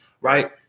right